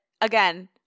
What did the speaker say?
again